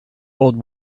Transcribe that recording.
old